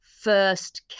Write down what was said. first